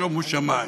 שומו שמים,